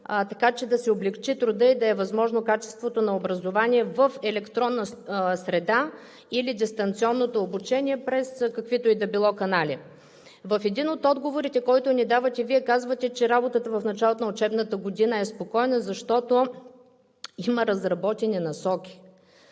така че да се облекчи трудът и да е възможно качеството на образование в електронна среда или дистанционното обучение през каквито и да било канали. В един от отговорите, който ни давате, Вие казвате, че работата в началото на учебната година е спокойна, защото има разработени насоки.